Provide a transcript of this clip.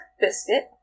Biscuit